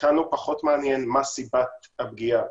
אותנו פחות מעניין מה סיבת הפגיעה,